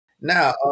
Now